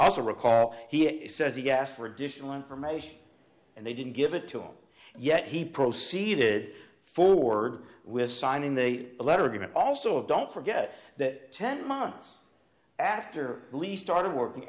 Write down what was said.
also recall he says he asked for additional information and they didn't give it to him yet he proceeded forward with signing a letter agreement also don't forget that ten months after police started working